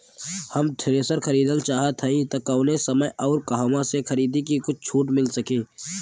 हम थ्रेसर खरीदल चाहत हइं त कवने समय अउर कहवा से खरीदी की कुछ छूट मिल सके?